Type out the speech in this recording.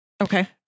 Okay